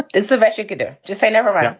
it's a very good day to say. never mind.